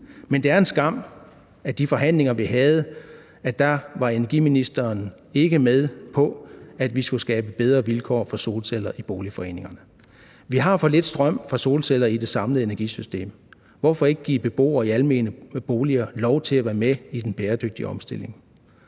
Men det er en skam, at i de forhandlinger, vi havde, var energiministeren ikke med på, at vi skulle skabe bedre vilkår for solceller i boligforeninger. Vi har for lidt strøm fra solceller i det samlede energisystem. Hvorfor ikke give beboere i almene boliger lov til at være med i den bæredygtige omstilling?